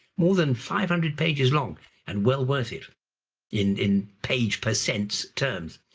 more than five hundred pages long and well worth it in in page percent's terms.